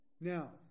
Now